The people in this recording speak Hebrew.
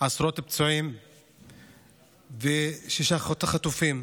עשרות פצועים ושישה חטופים.